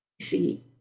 See